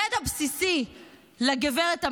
ידע בסיסי לגברת המטרללת: